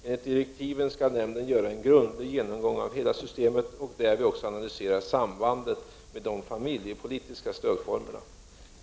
Enligt direktiven skall nämnden göra en grundlig genomgång av hela systemet och därvid också analysera sambandet med de familjepolitiska stödformerna.